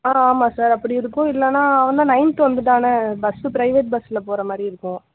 ஆ ஆமாம் சார் அப்படி இருக்கும் இல்லைன்னா அவன் தான் நைன்த்து வந்துவிட்டான பஸ்ஸு பிரைவேட் பஸில் போகற மாதிரி இருக்கும்